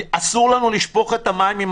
אסור לנו לשפוך את התינוק עם המים.